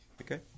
okay